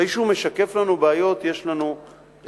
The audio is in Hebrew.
אחרי שהוא משקף לנו בעיות, יש לנו אפשרות